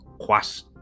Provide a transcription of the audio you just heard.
quas